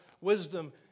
wisdom